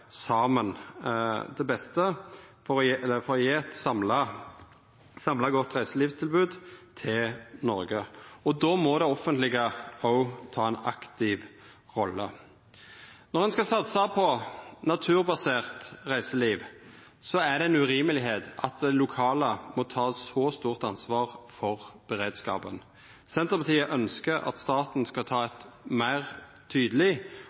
for å gje eit samla sett godt reiselivstilbod i Noreg. Då må det offentlege òg ta ei aktiv rolle. Når ein skal satsa på naturbasert reiseliv, er det urimeleg at det lokale må ta eit så stort ansvar for beredskapen. Senterpartiet ynskjer at staten skal ta